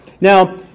Now